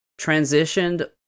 transitioned